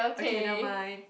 okay never mind